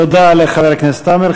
תודה לחבר הכנסת עמאר.